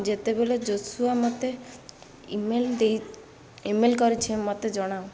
ଯେତେବେଳେ Joshua email email ମେଲ୍ କରିଛି ମୋତେ ଜଣାଅ